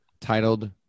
titled